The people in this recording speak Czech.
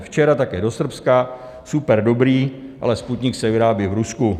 Včera také do Srbska, super dobrý, ale Sputnik se vyrábí v Rusku.